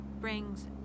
brings